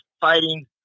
fighting